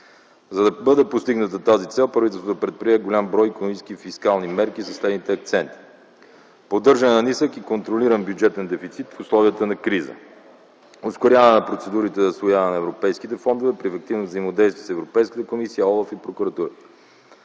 За да бъде постигната тази цел, правителството предприе голям брой икономически и фискални мерки със следните акценти: - поддържане на нисък и контролиран бюджетен дефицит в условията на криза; - ускоряване на процедурите за усвояване на европейските фондове, превантивно взаимодействие с Европейската комисия, ОЛАФ и прокуратурата;